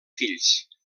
fills